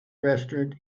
restaurant